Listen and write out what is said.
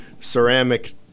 ceramic